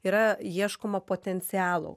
yra ieškoma potencialo